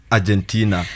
Argentina